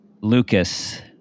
Lucas